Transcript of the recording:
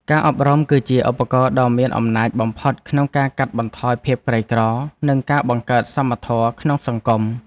ការអប់រំគឺជាឧបករណ៍ដ៏មានអំណាចបំផុតក្នុងការកាត់បន្ថយភាពក្រីក្រនិងការបង្កើតសមធម៌ក្នុងសង្គម។